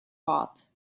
bought